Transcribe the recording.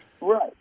Right